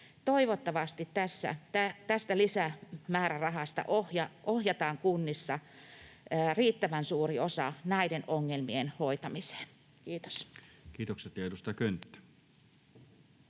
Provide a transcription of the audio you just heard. Toivottavasti tästä lisämäärärahasta ohjataan kunnissa riittävän suuri osa näiden ongelmien hoitamiseen. — Kiitos. [Speech 130]